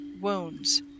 wounds